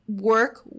work